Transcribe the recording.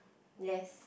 yes